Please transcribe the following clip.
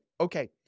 okay